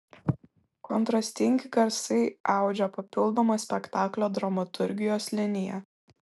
kontrastingi garsai audžia papildomą spektaklio dramaturgijos liniją